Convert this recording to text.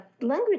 language